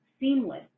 seamless